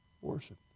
Worship